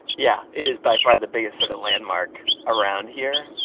yeah. it is by far the biggest sort of landmark around here.